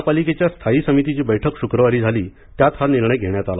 महापालिकेच्या स्थायी समितीची बैठक शुक्रवारी झाली त्यात हा निर्णय घेण्यात आला